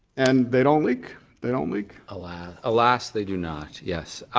and they don't leak. they don't leak. alas alas they do not, yes.